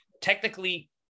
Technically